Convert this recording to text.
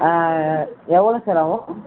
எவ்வளோ சார் ஆகும்